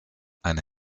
eine